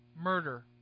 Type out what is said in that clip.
murder